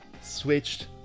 switched